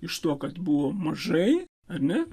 iš to kad buvo mažai ar ne